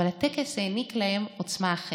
אבל הטקס העניק להם עוצמה אחרת.